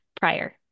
prior